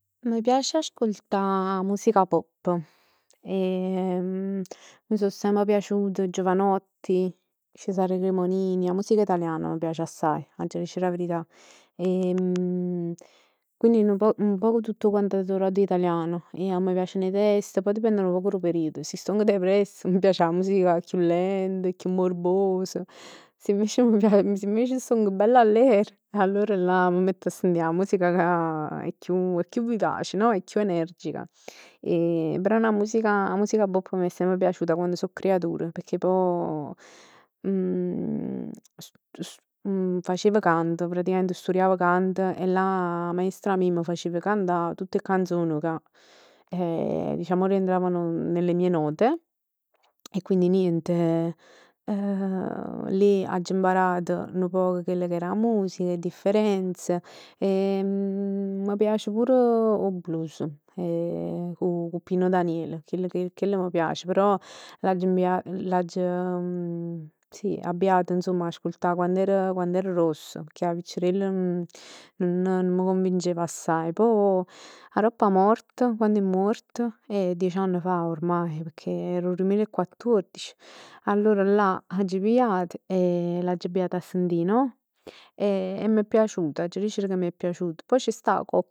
M'piac ascoltà 'a musica pop mi so semp piaciut Jovanotti, Cesare Cremoinini, 'a musica italiana m' piace assai, aggia dicere 'a verità. Quindi nu poc, un poco tutto quant i cantautori italiano, 'a me m' piaceno i testi. Poi dipende nu poc dò periodo, si stong depress m' piac 'a musica chiù lent, chiù morbos. Se invec, se invec stong bella aller, allora là m' mett a sentì 'a musica chiù chiù vivace no? Chiù energica. E però 'a musica pop m' è semp piaciuta 'a quann so creatur, pecchè poj facev canto. Praticamente stureav canto e là 'a maestra mia me facev cantà tutt 'e canzon cà, diciamo rientravano nelle mie note. E quindi niente, lì agg imparat nu poc chell che era 'a music, 'e differenze. E m' piace pur 'o blues, cu cu Pino Daniele, chill che, chell m' piace. Però l'agg abbiat, l'agg sì abbiat insomma, ad ascoltà quann era, quann era grossa. Pecchè 'a piccirell nun nun m' convincev assai. Poi aropp 'a morte, quann è muort, dieci anni fa oramai, pecchè era 'o duemilaequattordici, allora là aggio pigliat e l'aggio abbiat 'a sentì no? E m'è piaciuto, aggia dicere che m'è piaciuto. Poi c'è stat cocc